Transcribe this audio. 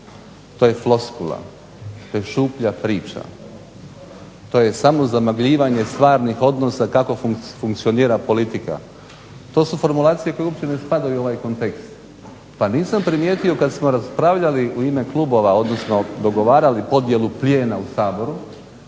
to je floskula, to je šuplja priča, to je samozamagljivanje stvarnih odnosa kako funkcionira politika. To su formulacije koje uopće ne spadaju u ovaj kontekst. Pa nisam primijetio kad smo raspravljali u ime klubova, odnosno dogovarali podjelu plijena u Saboru